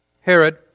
Herod